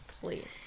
Please